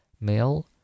male